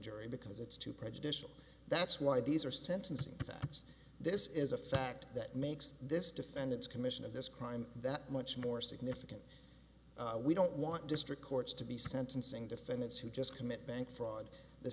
jury because it's too prejudicial that's why these are sentencing that this is a fact that makes this defendant's commission of this crime that much more significant we don't want district courts to be sentencing defendants who just commit bank fraud the